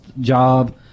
job